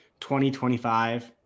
2025